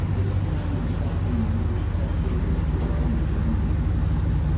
it's time we stopped being mere spectators to our own downward destiny.